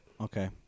Okay